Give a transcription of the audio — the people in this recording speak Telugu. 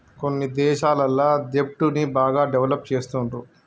కొన్ని దేశాలల్ల దెబ్ట్ ని బాగా డెవలప్ చేస్తుండ్రు